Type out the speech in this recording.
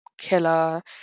Killer